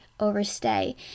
overstay